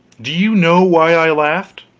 do you know why i laughed?